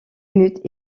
minutes